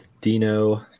Dino